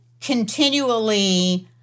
continually